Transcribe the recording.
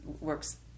works